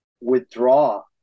withdraw